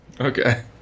Okay